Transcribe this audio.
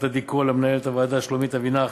עדי קול ולמנהלת הוועדה שלומית אבינח,